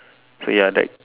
so ya that